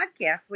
podcast